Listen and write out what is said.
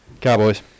Cowboys